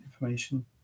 information